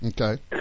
Okay